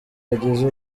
bagize